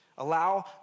Allow